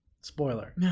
Spoiler